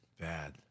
Bad